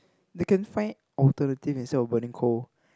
they can find alternative instead of burning coal